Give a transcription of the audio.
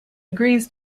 agrees